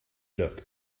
look